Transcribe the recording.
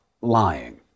lying